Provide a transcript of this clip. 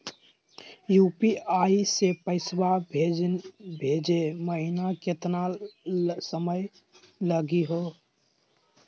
UPI स पैसवा भेजै महिना केतना समय लगही हो?